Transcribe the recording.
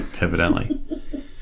Evidently